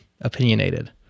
opinionated